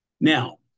Now